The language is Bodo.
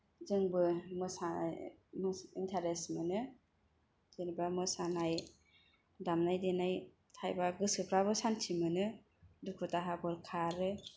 जोंबो मोसा इन्तारेस्त मोनो जेनेबा मोसानाय दामनाय देनाय थायोबा गोसोफ्राबो सान्थि मोनो दुखु दाहाफोर खारो